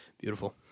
beautiful